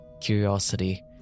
curiosity